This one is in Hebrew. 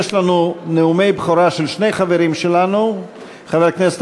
יש לנו נאומי בכורה של שני חברים שלנו: חבר הכנסת